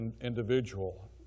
individual